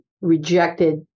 rejected